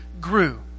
grew